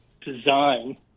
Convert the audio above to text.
design